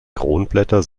kronblätter